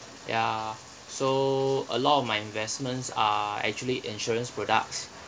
ya so a lot of my investments are actually insurance products